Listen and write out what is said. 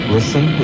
Listen